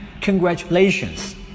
congratulations